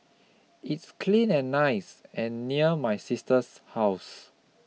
it's clean and nice and near my sister's house